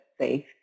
safe